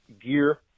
gear